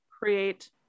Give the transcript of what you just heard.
create